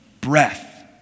breath